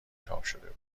چاپشده